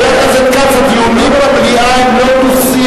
חבר הכנסת כץ, הדיונים במליאה הם לא דו-שיח.